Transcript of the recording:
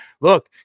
look